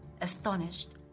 astonished